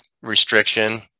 restriction